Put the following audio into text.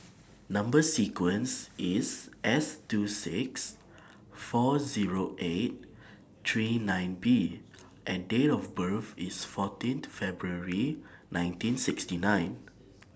Number sequence IS S two six four Zero eight three nine B and Date of birth IS fourteenth February nineteen sixty nine